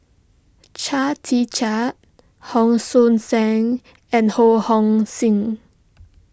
Chia Tee Chiak Hon Sui Sen and Ho Hong Sing